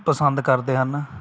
ਪਸੰਦ ਕਰਦੇ ਹਨ